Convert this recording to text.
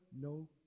no